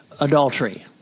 Adultery